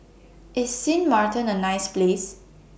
IS Sint Maarten A nice Place